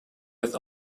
with